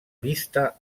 vista